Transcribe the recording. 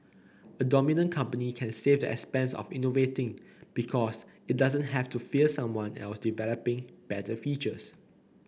a dominant company can save the expense of innovating because it doesn't have to fear someone else developing better features